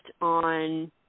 on